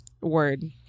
word